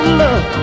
love